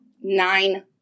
nine